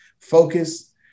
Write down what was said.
focus